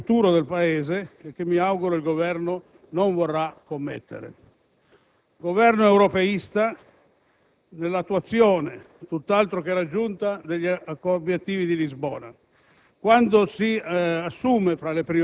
è un errore che comprometterebbe il futuro del Paese e che mi auguro il Governo non vorrà commettere. Governo europeista nell'attuazione, tutt'altro che raggiunta, degli obiettivi di Lisbona.